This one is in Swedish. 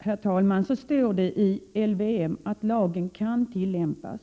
Herr talman! Det står i LVM i dag att lagen kan tillämpas.